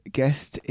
guest